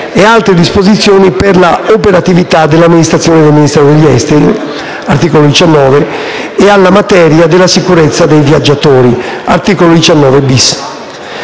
e altre disposizioni per l'operatività dell'amministrazione del Ministero degli esteri (articolo 19) e alla materia della sicurezza dei viaggiatori (articolo 19-*bis*).